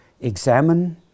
examine